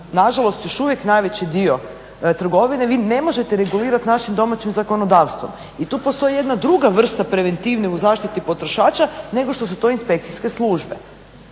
na žalost još uvijek najveći dio trgovine vi ne možete regulirati našim domaćim zakonodavstvom i tu postoji jedna druga vrsta preventive u zaštiti potrošača nego što su to inspekcijske službe.